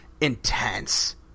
intense